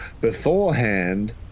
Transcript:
beforehand